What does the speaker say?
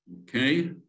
Okay